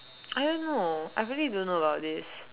I don't know I really don't know about this